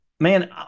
Man